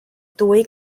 dwy